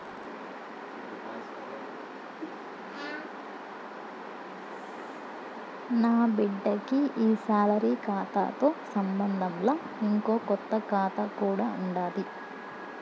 నాబిడ్డకి ఈ సాలరీ కాతాతో సంబంధంలా, ఇంకో కొత్త కాతా కూడా ఉండాది